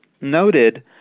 noted